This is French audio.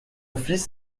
fils